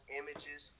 images